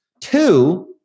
Two